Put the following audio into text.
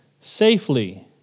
safely